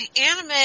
anime